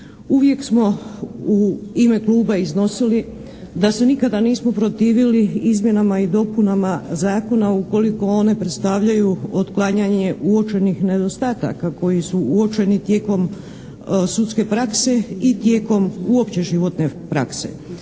Uvijek smo u ime Kluba iznosili da se nikada nismo protivili izmjenama i dopunama Zakona ukoliko one predstavljaju otklanjanje uočenih nedostataka koji su uočeni tijekom sudske prakse i tijekom uopće životne prakse.